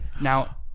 now